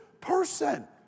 person